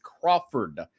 Crawford